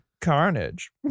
carnage